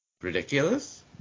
Ridiculous